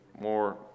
more